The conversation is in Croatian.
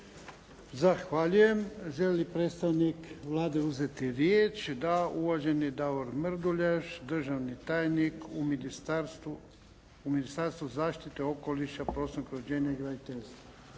Zahvaljujem. Želi li predstavnik Vlade uzeti riječ? Da. Uvaženi Davor Mrduljaš, državni tajnik u Ministarstvu zaštite okoliša, prostornog uređenja i graditeljstva.